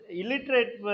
illiterate